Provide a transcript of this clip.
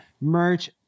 merch